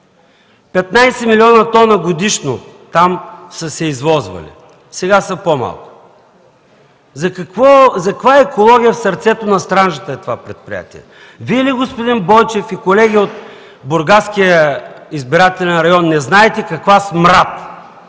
милиона тона годишно там са се извозвали, сега са по-малко. За каква екология в сърцето на Странджа е това предприятие?! Вие ли, господин Бойчев и колеги от Бургаския избирателен район, не знаете каква смрад